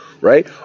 right